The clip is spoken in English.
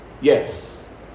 Yes